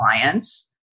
clients